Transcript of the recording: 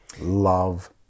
love